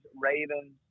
Ravens